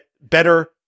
better